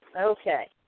Okay